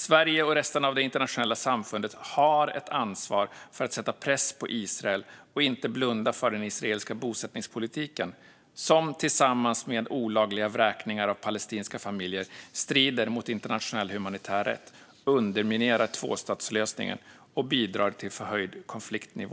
Sverige och resten av det internationella samfundet har ett ansvar för att sätta press på Israel och inte blunda för den israeliska bosättningspolitiken, som tillsammans med olagliga vräkningar av palestinska familjer strider mot internationell humanitär rätt, underminerar tvåstatslösningen och bidrar till en förhöjd konfliktnivå.